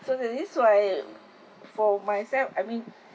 so this is why for myself I mean